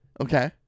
Okay